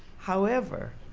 however,